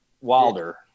Wilder